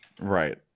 right